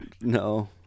No